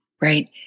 Right